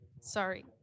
sorry